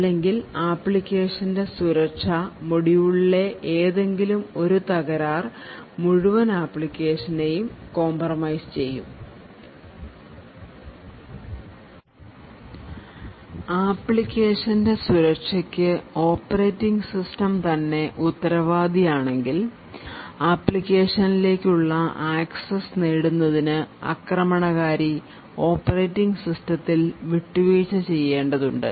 അല്ലെങ്കിൽ ആപ്ലിക്കേഷന്റെ സുരക്ഷാ മൊഡ്യൂളിലെ ഏതെങ്കിലും ഒരു തകരാർ മുഴുവൻ ആപ്ലിക്കേഷനെയും compromise ചെയ്യും ആപ്ലിക്കേഷന്റെ സുരക്ഷയ്ക്ക് ഓപ്പറേറ്റിംഗ് സിസ്റ്റം തന്നെ ഉത്തരവാദിയാണെങ്കിൽ ആപ്ലിക്കേഷനിലേക്കുള്ള ആക്സസ് നേടുന്നതിന് ആക്രമണകാരി ഓപ്പറേറ്റിംഗ് സിസ്റ്റത്തിൽ വിട്ടുവീഴ്ച ചെയ്യേണ്ടതുണ്ട്